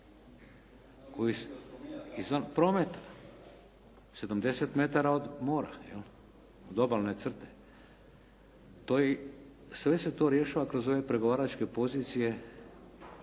izvan prometa. 70 metara od mora jel', od obalne crte. To jest, sve se to rješava kroz ove pregovaračke pozicije